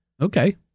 Okay